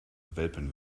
welpen